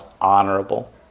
honorable